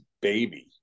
baby